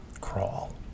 Crawl